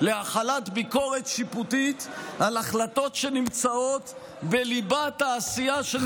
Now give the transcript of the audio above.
להחלת ביקורת שיפוטית על החלטות שנמצאות בליבת העשייה של נבחרי ציבור".